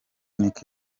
nick